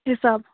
حِساب